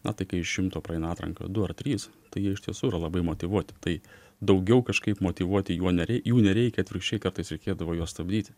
na tai kai iš šimto praeina atranką du ar trys tai jie iš tiesų yra labai motyvuoti tai daugiau kažkaip motyvuoti juo nerei jų nereikia atvirkščiai kartais reikėdavo juos stabdyti